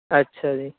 ਅੱਛਾ ਜੀ